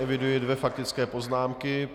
Eviduji dvě faktické poznámky.